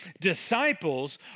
disciples